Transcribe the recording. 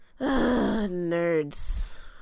nerds